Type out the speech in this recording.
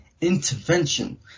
intervention